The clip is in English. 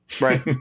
Right